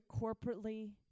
corporately